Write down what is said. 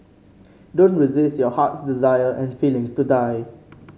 don't resist your heart's desire and feelings to die